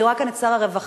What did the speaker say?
אני רואה כאן את שר הרווחה,